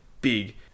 Big